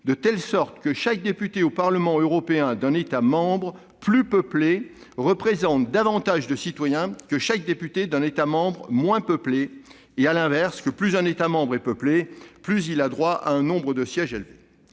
de telle sorte que chaque député au Parlement européen d'un État membre plus peuplé représente davantage de citoyens que chaque député d'un État membre moins peuplé et, à l'inverse, que plus un État membre est peuplé, plus il a droit à un nombre de sièges élevé.